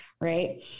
Right